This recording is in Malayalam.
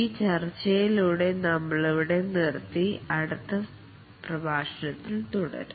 ഈ ചർച്ചയിലൂടെ നമ്മളിവിടെ നിർത്തി അടുത്ത് പ്രഭാഷണത്തിൽ തുടരും